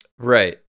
Right